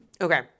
Okay